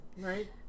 Right